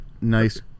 nice